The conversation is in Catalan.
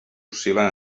oscil·len